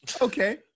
Okay